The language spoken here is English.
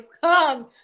come